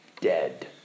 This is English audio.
dead